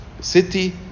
city